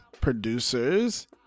producers